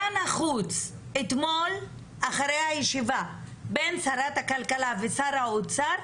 היה נחוץ אתמול אחרי הישיבה בין שרת הכלכלה ושר האוצר,